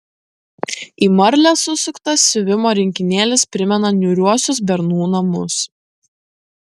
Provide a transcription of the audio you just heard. į marlę susuktas siuvimo rinkinėlis primena niūriuosius bernų namus